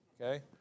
Okay